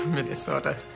Minnesota